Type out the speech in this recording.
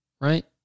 right